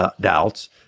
doubts